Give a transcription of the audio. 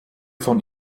von